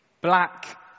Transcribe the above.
black